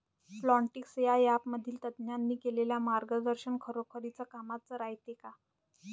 Plantix या ॲपमधील तज्ज्ञांनी केलेली मार्गदर्शन खरोखरीच कामाचं रायते का?